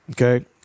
Okay